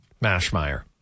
Mashmeyer